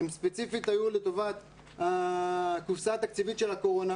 הם ספציפית היו לטובת ‏הקופסה התקציבית של הקורונה.